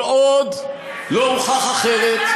כל עוד לא הוכח אחרת.